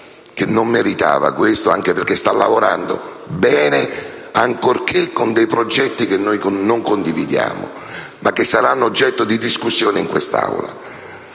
non meritava questo, anche perché sta lavorando bene, ancorché su progetti che noi non condividiamo, ma che saranno oggetto di discussione in quest'Aula.